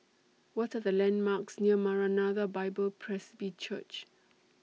What Are The landmarks near Maranatha Bible Presby Church